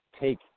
take